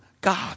God